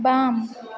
बाम